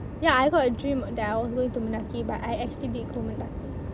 ya I got a dream that I was going to Mendaki but I actually did go Mendaki